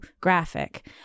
graphic